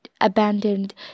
abandoned